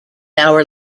hour